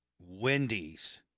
Wendy's